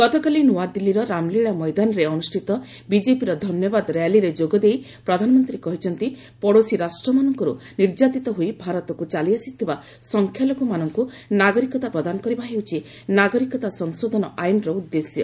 ଗତକାଲି ନୂଆଦିଲ୍ଲୀର ରାମଲୀଳା ମଇଦାନରେ ଅନୁଷ୍ଠିତ ବିକେପି ଧନ୍ୟବାଦ ର୍ୟାଲିରେ ଯୋଗଦେଇ ପ୍ରଧାନମନ୍ତ୍ରୀ କହିଛନ୍ତି ପଡ଼ୋଶୀ ରାଷ୍ଟ୍ରମାନଙ୍କରୁ ନିର୍ଯାତିତ ହୋଇ ଭାରତକୁ ଚାଲିଆସିଥିବା ସଂଖ୍ୟାଲଘୁମାନଙ୍କୁ ନାଗରିକତା ପ୍ରଦାନ କରିବା ହେଉଛି ନାଗରିକତା ସଂଶୋଧନ ଆଇନର ଉଦ୍ଦେଶ୍ୟ